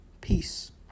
Peace